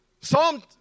Psalm